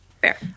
Fair